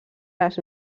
les